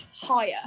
higher